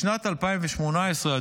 בשנת 2018,